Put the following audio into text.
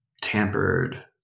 tampered